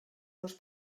dos